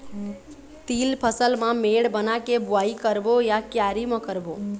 तील फसल ला मेड़ बना के बुआई करबो या क्यारी म करबो?